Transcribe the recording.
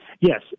Yes